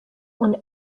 und